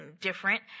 different